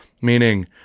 meaning